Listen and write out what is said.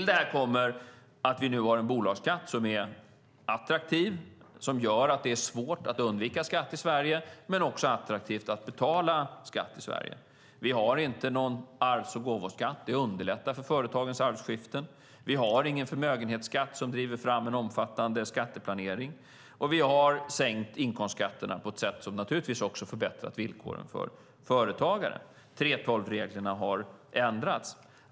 Dessutom har vi nu en bolagsskatt som är attraktiv och gör att det är svårt att undvika skatt i Sverige men också attraktivt att betala skatt i Sverige. Vi har inte någon arvs och gåvoskatt. Det underlättar för företagens arvskifte. Vi har ingen förmögenhetsskatt som driver fram en omfattande skatteplanering. Vi har sänkt inkomstskatterna på ett sätt som naturligtvis också förbättrat villkoren för företagare. Dessutom har 3:12-reglerna ändrats.